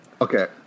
Okay